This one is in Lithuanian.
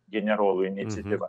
generolų iniciatyva